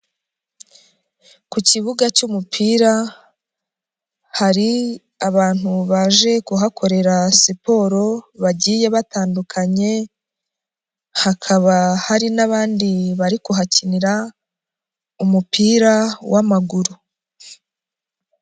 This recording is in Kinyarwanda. Ku kibuga cy'umupira hari abantu baje kuhakorera siporo bagiye batandukanye, hakaba hari n'abandi bari kuhakinira umupira w'amaguru.